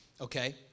okay